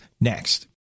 next